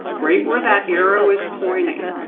right where that arrow is pointing.